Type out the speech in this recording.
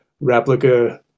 replica